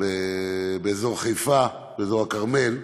באזור חיפה, באזור הכרמל,